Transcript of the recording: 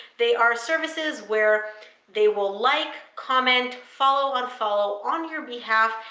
they are services where they will like, comment, follow, unfollow on your behalf,